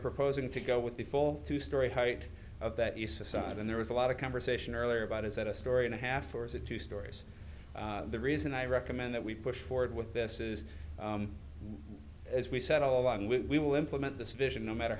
proposing to go with the full two story height of that east side and there was a lot of conversation earlier about is that a story and a half or is it two stories the reason i recommend that we push forward with this is as we settle along with we will implement this vision no matter